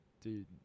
Dude